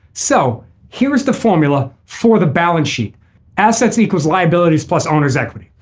so here's the formula for the balance sheet assets equals liabilities plus owners equity.